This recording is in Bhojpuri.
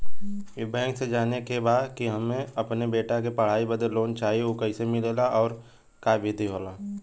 ई बैंक से जाने के बा की हमे अपने बेटा के पढ़ाई बदे लोन चाही ऊ कैसे मिलेला और का विधि होला?